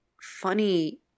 funny